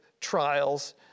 trials